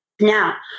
Now